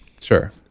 Sure